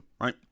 Right